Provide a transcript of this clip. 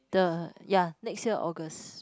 the ya next year August